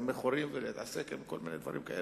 מכורים ולהתעסק עם כל מיני דברים כאלה,